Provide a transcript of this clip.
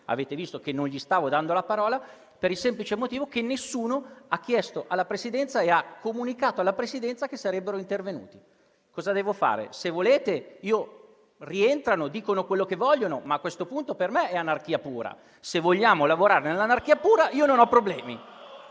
comunicazione. Non gli stavo dando la parola per il semplice motivo che nessuno ha chiesto e comunicato alla Presidenza che sarebbe intervenuto. Cosa devo fare? Se volete, rientrano e dicono quello che vogliono, ma a questo punto per me è anarchia pura. Se vogliamo lavorare nell'anarchia pura, io non ho problemi.